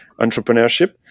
entrepreneurship